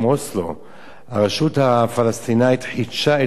הרשות הפלסטינית חידשה את תוקפם של אותם חוקים